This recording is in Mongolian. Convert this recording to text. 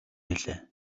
гэлээ